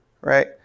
Right